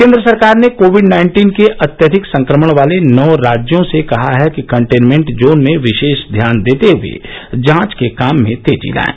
केन्द्र सरकार ने कोविड नाइन्टीन के अत्यधिक संक्रमण वाले नौ राज्यों से कहा है कि कंटेनमेंट जोन में विशेष ध्यान देते हुए जांच के काम में तेजी लाएं